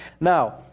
now